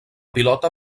pilota